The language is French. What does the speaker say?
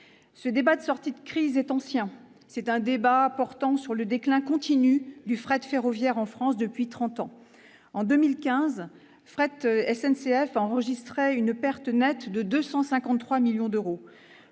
Ce débat de sortie de crise est ancien. Il porte sur le déclin continu du fret ferroviaire en France depuis trente ans. En 2015, Fret SNCF enregistrait une perte nette de 253 millions d'euros.